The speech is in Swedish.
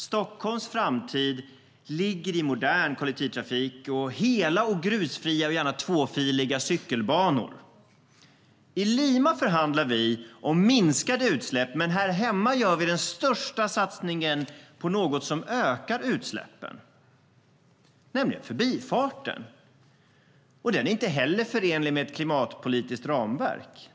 Stockholms framtid ligger i modern kollektivtrafik och hela, grusfria och gärna tvåfiliga cykelbanor.I Lima förhandlar vi om minskade utsläpp, men här hemma gör vi den största satsningen på något som ökar utsläppen, nämligen Förbifarten. Den är inte heller förenlig med ett klimatpolitiskt ramverk.